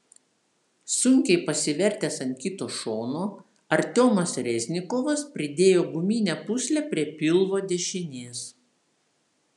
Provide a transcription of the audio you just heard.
sunkiai pasivertęs ant kito šono artiomas reznikovas pridėjo guminę pūslę prie pilvo dešinės